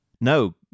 No